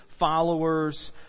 Followers